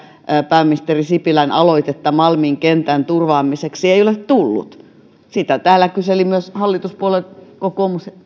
pääministeri sipilän aloitetta malmin kentän turvaamiseksi ei ole tullut sitä täällä kyseli myös hallituspuolue kokoomus